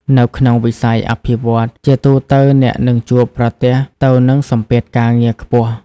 នៅក្នុងវិស័យអភិវឌ្ឍន៍ ជាទូទៅអ្នកនឹងជួបប្រទះទៅនឹង សម្ពាធការងារខ្ពស់។